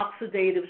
oxidative